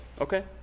Okay